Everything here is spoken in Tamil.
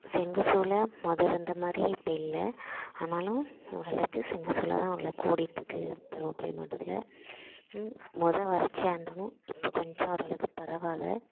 செங்கசூளை மொதல் இருந்த மாதிரி இப்போ இல்லை ஆனாலும் ஓரளவுக்கு செங்கற்சூளை தான் ஓரளவுக்கு ஓடிகிட்ருக்கு தருமபுரி மாவட்டத்தில் மொதல் வறட்சியாக இருந்தாலும் இப்போ கொஞ்சம் ஓரளவுக்கு பரவாயில்ல